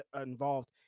involved